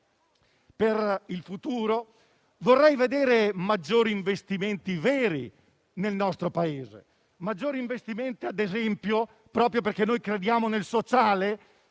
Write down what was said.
in futuro, vorrei vedere maggiori investimenti veri nel nostro Paese; maggiori investimenti ad esempio, proprio perché noi crediamo nel sociale,